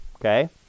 Okay